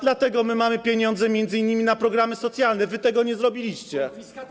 Dlatego my mamy pieniądze m.in. na programy socjalne, wy tego nie zrobiliście.